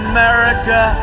America